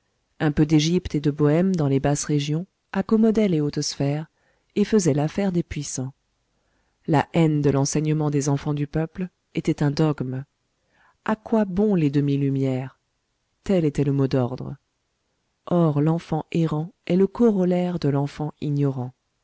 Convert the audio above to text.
un peu d'égypte et de bohême dans les basses régions accommodait les hautes sphères et faisait l'affaire des puissants la haine de l'enseignement des enfants du peuple était un dogme à quoi bon les demi lumières tel était le mot d'ordre or l'enfant errant est le corollaire de l'enfant